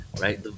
right